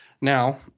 now